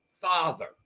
father